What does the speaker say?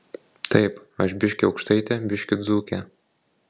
taip aš biškį aukštaitė biškį dzūkė